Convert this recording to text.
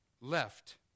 left